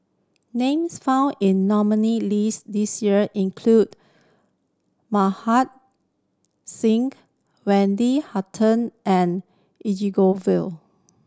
names found in nominee list this year include Mohan Singh Wendy Hutton and